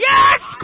Yes